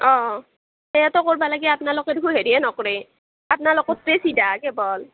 অঁ সেয়াতো কৰ্বা লালে আপনালোকে দেখোন হেৰিয়ে নকৰে আপ্নালোকৰটোৱেই চিধা কেৱল